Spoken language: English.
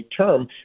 term